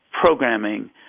programming